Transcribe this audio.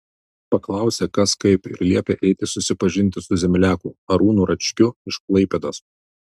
paklausė kas kaip ir liepė eiti susipažinti su zemliaku arūnu račkiu iš klaipėdos